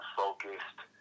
focused